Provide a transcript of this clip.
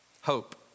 hope